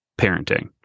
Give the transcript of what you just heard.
parenting